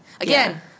Again